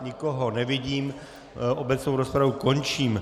Nikoho nevidím, obecnou rozpravu končím.